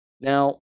Now